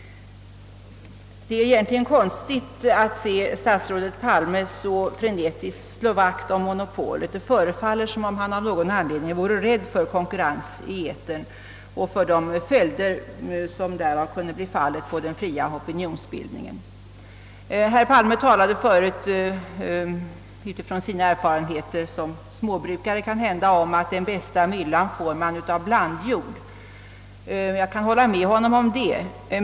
Egentligen är det märkligt att höra statsrådet Palme så frenetiskt slå vakt om monopolet. Det förefaller som om han av någon anledning vore rädd för konkurrens i etern och rädd för vad som kan följa därmed i avseende på den fria opinionsbildningen. Herr Palme sade tidigare — det var kanske utifrån eventuella erfarenheter som småbrukare — att den bästa myllan får man av blandjord. Jag kan hålla med honom om det.